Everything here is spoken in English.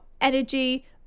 energy